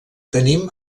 tenim